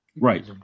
right